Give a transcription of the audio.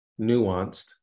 nuanced